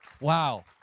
wow